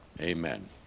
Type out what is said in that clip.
Amen